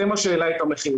זה מה שהעלה את המחיר.